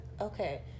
okay